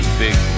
big